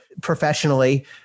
professionally